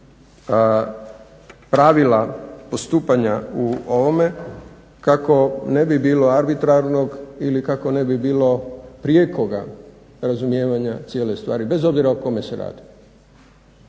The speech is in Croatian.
pravila postupanja u ovome kako ne bi bilo arbitrarnog ili kako ne bi bilo prijekoga razumijevanja cijele stvari, bez obzira o kome se radi.